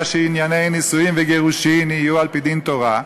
שענייני נישואין וגירושין יהיו על-פי דין תורה,